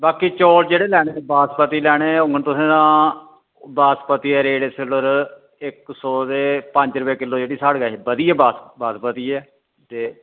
बाकी चौल जेह्ड़े लैने न बासमती लैने होङन तुसें तो बासमती दा रेट इस्सलै इक सौ ते पंज रपे रेट जेह्ड़ी साढ़े कश बधिया बासमती ऐ ते